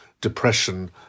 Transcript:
Depression